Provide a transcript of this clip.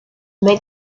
men